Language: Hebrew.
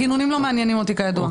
הגינונים לא מעניינים אותי כידוע.